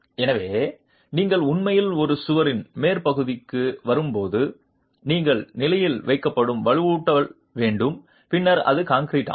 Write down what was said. எனவே நீங்கள் உண்மையில் ஒரு சுவரின் மேற்பகுதிக்கு வரும்போது நீங்கள் நிலையில் வைக்கப்படும் வலுவூட்டல் வேண்டும் பின்னர் அது கான்கிரீட் ஆம்